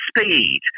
speed